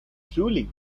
truly